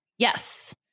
Yes